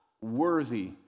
worthy